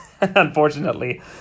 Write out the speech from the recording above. Unfortunately